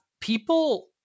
people